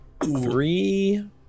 three